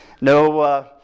no